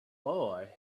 boy